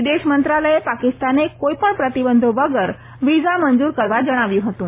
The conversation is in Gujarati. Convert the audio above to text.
વિદેશ મંત્રાલયે પાકિસ્તાનને કોઈ પણ પ્રતિબંધો વગેરે વિઝા મંજૂર કરવા જણાવ્યું હતું